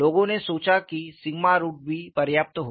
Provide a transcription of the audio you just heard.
लोगों ने सोचा कि सिग्मा रूट भी पर्याप्त होगा